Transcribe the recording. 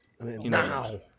Now